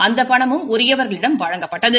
அந்த பணமும் உரியவா்களிடம் வழங்கப்பட்டது